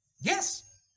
Yes